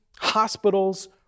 Hospitals